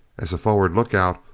as a forward lookout,